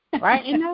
right